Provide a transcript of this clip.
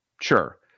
sure